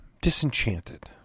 disenchanted